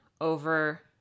over